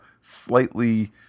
slightly